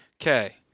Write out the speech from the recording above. Okay